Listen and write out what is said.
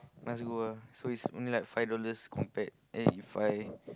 must go ah so it's only like five dollars compared eh if I